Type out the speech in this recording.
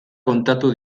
kontatu